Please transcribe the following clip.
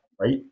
right